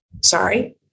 sorry